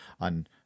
on